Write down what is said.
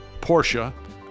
Porsche